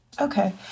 Okay